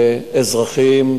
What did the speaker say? לאזרחים,